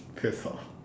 piss off